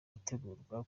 gutegurwa